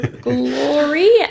glory